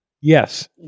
Yes